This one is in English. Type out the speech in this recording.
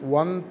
one